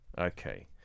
Okay